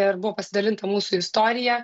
ir buvo pasidalinta mūsų istorija